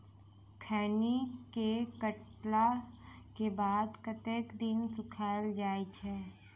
खैनी केँ काटला केँ बाद कतेक दिन सुखाइल जाय छैय?